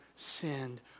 sinned